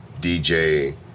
DJ